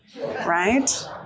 Right